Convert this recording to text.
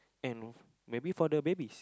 and maybe for the babies